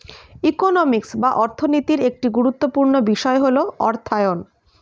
economics বা অর্থনীতির একটি গুরুত্বপূর্ণ বিষয় হল অর্থায়ন